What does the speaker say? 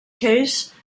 case